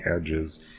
edges